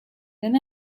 than